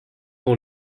dans